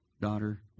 daughter